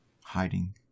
Hiding